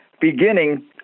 beginning